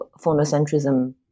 phonocentrism